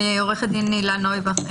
עו"ד הילה נויבך,